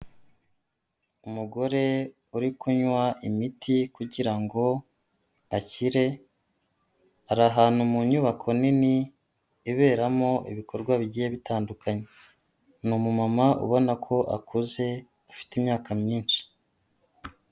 Umugore uri kunywa imiti kugira ngo akire ahantu mu nyubako nini iberamo ibikorwa bigiye bitandukanye, ni umumama ubona ko akuze ufite imyaka myinshi.